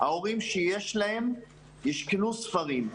ההורים שיש להם יקנו ספרים,